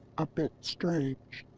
a bit strange.